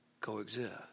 coexist